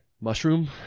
Mushroom